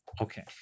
Okay